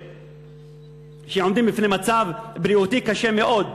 שעומדים במצב בריאותי קשה מאוד.